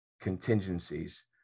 contingencies